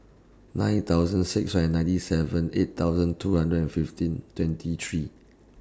nine thousand six hundred and ninety seven eight thousand two hundred and fifteen twenty three